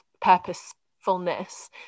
purposefulness